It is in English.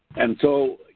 and so,